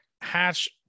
hatch